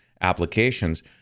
applications